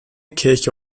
kirche